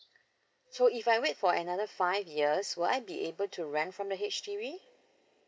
so if I wait for another five years will I be able to rent from the H_D_B